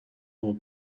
more